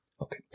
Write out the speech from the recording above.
Okay